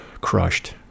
crushed